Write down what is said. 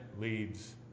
leads